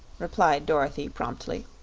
replied dorothy, promptly.